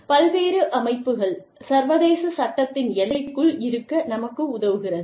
பல்வேறு அமைப்புகள் சர்வதேச சட்டத்தின் எல்லைக்குள் இருக்க நமக்கு உதவுகிறது